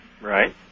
Right